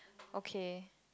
okay